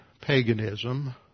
paganism